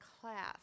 class